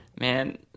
Man